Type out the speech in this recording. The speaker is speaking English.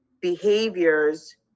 behaviors